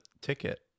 ticket